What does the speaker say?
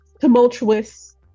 tumultuous